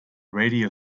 radio